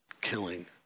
killing